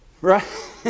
Right